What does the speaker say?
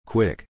Quick